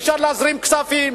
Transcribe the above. אפשר להזרים כספים,